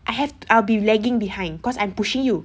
I have t~ I'll be lagging behind cause I'm pushing you